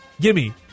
Gimme